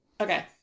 Okay